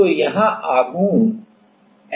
तो यहां आघूर्ण F होगा